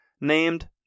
named